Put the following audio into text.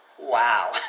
wow